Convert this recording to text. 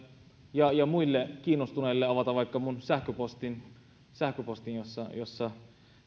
ja muille kiinnostuneille avata vaikka minun sähköpostini sähköpostini jossa jossa